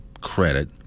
credit